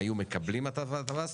היו מקבלים הטבת מס,